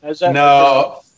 No